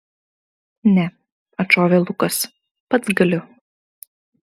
ne atšovė lukas pats galiu